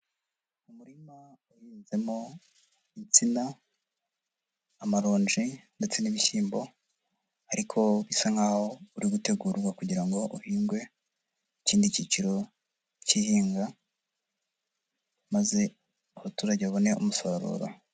Umurima wahinzemo insina, amaronji ndetse n'ibishyimbo ariko bisa nk'aho uri gutegurwa kugira ngo uhingwe ikindi kiciro cy'ihinga, maze abaturage babone umusaruro.